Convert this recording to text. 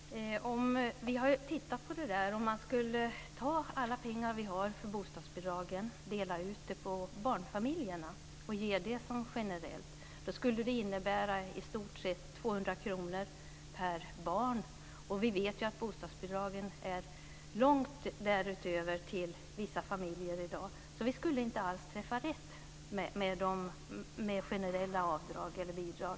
Herr talman! Vi har tittat på det där. Om man skulle ta alla pengar vi har för bostadsbidragen, dela ut dem till barnfamiljerna och ge dem som ett generellt bidrag skulle det innebära i stort sett 200 kr per barn, och vi vet ju att bostadsbidragen är långt därutöver till vissa familjer i dag, så vi skulle inte alls träffa rätt med generella avdrag eller bidrag.